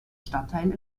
stadtteil